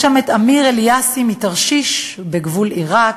יש שם את אמיר אליאסי מתרשיש שבגבול עיראק,